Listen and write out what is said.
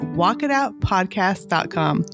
walkitoutpodcast.com